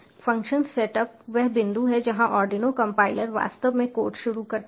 function setup वह बिंदु है जहां आर्डिनो कंपाइलर वास्तव में कोड शुरू करता है